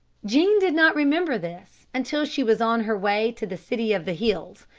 jean did not remember this until she was on her way to the city of the hills,